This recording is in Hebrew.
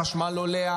החשמל עולה,